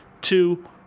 two